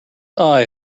eye